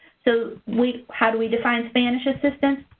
so we how do we define spanish assistance?